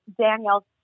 Danielle